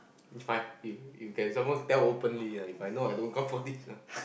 if my if you can some more tell openly ah If I know I don't come for this ah